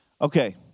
Okay